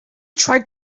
tried